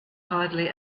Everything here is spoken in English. hardly